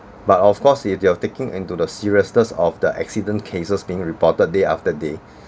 but of course if you have taking into the seriousness of the accident cases being reported day after day